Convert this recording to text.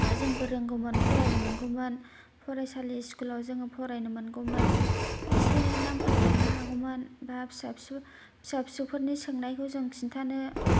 बा जोंबो रोंगौमोन फरायनो मोनगौमोन फरायसालि इस्कुलाव जोङो फरायनो मोनगौमोन इसे एनै नामफोर लिरनो हागौमोन बा फिसा फिसौ फिसा फिसौफोरनि सोंनायखौ जों खिनथानो